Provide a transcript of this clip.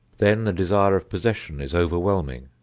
then the desire of possession is overwhelming.